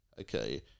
okay